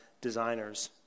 designers